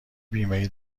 بیمهای